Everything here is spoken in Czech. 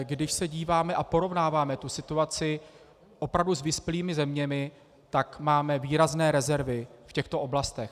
Když se díváme a porovnáváme situaci s opravdu vyspělými zeměmi, tak máme výrazné rezervy v těchto oblastech.